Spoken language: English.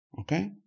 Okay